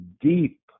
deep